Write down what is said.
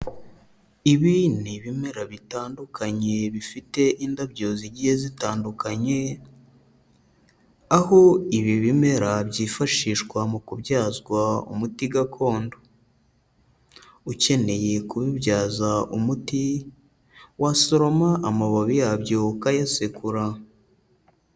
Ibi ni ibimera bitandukanye bifite indabyo zigiye zitandukanye, aho ibi bimera byifashishwa mu kubyazwa umuti gakondo. Ukeneye kubibyaza umuti wasoroma amababi yabyo ukayasekura.